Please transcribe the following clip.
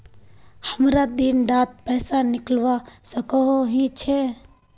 हमरा दिन डात पैसा निकलवा सकोही छै?